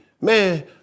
man